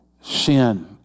sin